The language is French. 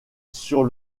sur